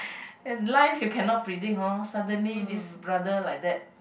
and life you cannot predict hor suddenly this brother like that